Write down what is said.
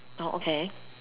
oh okay